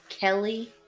kelly